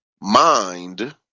mind